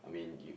I mean you